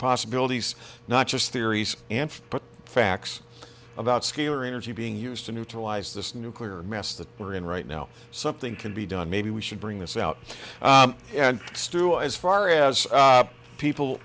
possibilities not just theories but facts about skewer energy being used to neutralize this nuclear mess that we're in right now something can be done maybe we should bring this out and as far as people